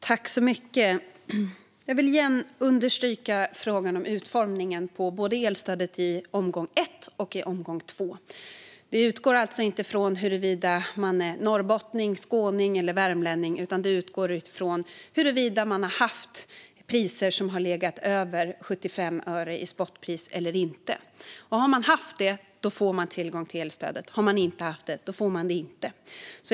Herr talman! Jag vill igen understryka frågan om utformningen av elstödet både i omgång ett och i omgång två. Det utgår alltså inte ifrån huruvida man är norrbottning, skåning eller värmlänning, utan det utgår ifrån huruvida man har haft priser som har legat över 75 öre i spotpris eller inte. Har man haft det får man tillgång till elstödet, och har man inte haft det får man inte det.